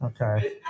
Okay